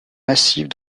massive